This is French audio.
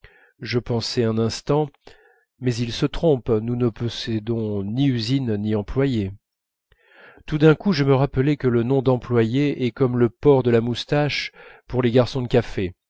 je pensais un instant mais il se trompe nous ne possédons ni usine ni employés tout d'un coup je me rappelais que le nom d'employé est comme le port de la moustache pour les garçons de café